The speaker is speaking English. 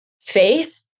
faith